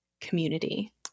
community